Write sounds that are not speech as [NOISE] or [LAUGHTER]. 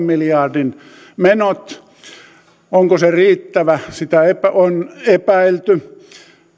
[UNINTELLIGIBLE] miljardin menot onko se riittävästi sitä on epäilty